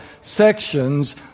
sections